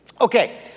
Okay